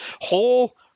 Whole